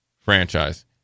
franchise